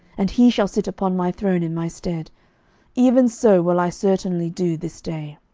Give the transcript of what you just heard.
and he shall sit upon my throne in my stead even so will i certainly do this day.